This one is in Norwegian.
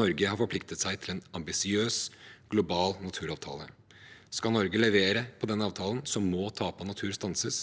Norge har forpliktet seg til en ambisiøs global naturavtale. Skal Norge levere på denne avtalen, må tapet av natur stanses